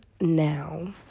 now